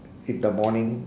in the morning